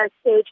stage